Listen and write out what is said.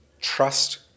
trust